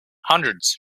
hundreds